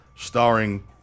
Starring